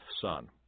son